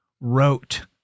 wrote